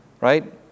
right